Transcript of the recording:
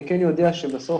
אני כן יודע שבסוף